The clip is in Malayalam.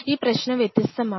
ഈ പ്രശ്നം വ്യത്യസ്തമാണ്